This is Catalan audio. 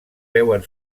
veuen